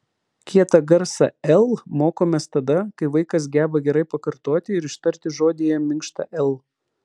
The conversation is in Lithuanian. kietą garsą l mokomės tada kai vaikas geba gerai pakartoti ir ištarti žodyje minkštą l